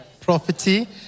property